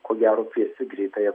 ko gero kviesti greitąją